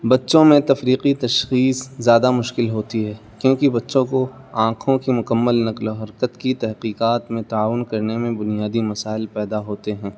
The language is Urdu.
بچوں میں تفریقی تشخیص زیادہ مشکل ہوتی ہے کیونکہ بچوں کو آنکھوں کی مقمل نقل و حرکت کی تحقیقات میں تعاون کرنے میں بنیادی مسائل پیدا ہوتے ہیں